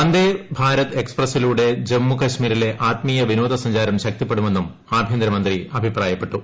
വന്ദേഭാരത് എക്സ്പ്രസിലൂടെ ജമ്മുകശ്മീരിലെ ആത്മീയ വിനോദ സഞ്ചാരം ശക്തിപ്പെടുമെന്നും ആഭ്യന്തരമന്ത്രി അഭിപ്രായപ്പെട്ടു